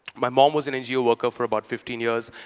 my mom was an ngo worker for about fifteen years.